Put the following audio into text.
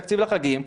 תקציב חגים,